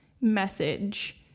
message